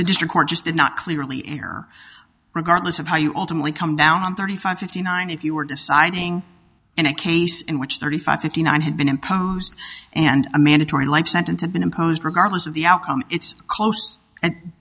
the district court just did not clearly err regardless of how you all to come down on thirty five fifty nine if you were deciding in a case in which thirty five fifty nine had been imposed and a mandatory life sentence had been imposed regardless of the outcome it's close and